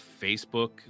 Facebook